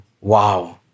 wow